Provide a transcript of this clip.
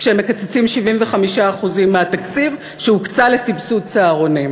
כשהם מקצצים 75% מהתקציב שהוקצה לסבסוד צהרונים?